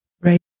Right